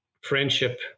friendship